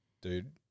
Dude